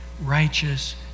righteous